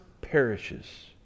perishes